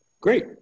Great